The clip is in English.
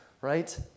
right